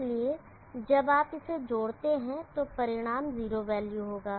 इसलिए जब आप इसे जोड़ते हैं तो परिणाम जीरो वैल्यू होगा